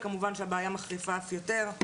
כמובן שהבעיה מחריפה אף יותר.